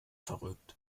verrückt